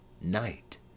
Night